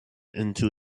into